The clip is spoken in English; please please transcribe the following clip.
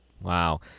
Wow